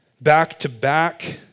back-to-back